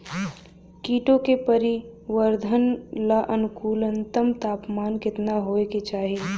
कीटो के परिवरर्धन ला अनुकूलतम तापमान केतना होए के चाही?